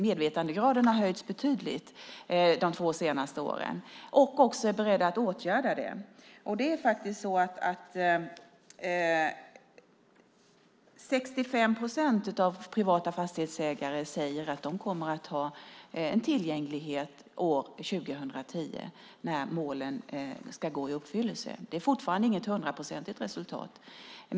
Medvetandegraden har höjts betydligt under de två senaste åren. Fastighetsägarna är också beredda att åtgärda hinder. 65 procent av de privata fastighetsägarna säger att deras fastigheter kommer att ha en tillgänglighet år 2010 när målen ska gå i uppfyllelse. Det är fortfarande inget hundraprocentigt resultat.